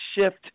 shift